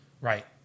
Right